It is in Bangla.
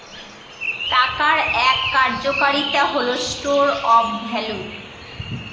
টাকার এক কার্যকারিতা হল স্টোর অফ ভ্যালু